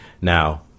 Now